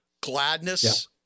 Gladness